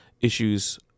issues